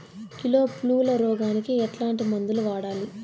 Kilo పులుగుల రోగానికి ఎట్లాంటి మందులు వాడాలి?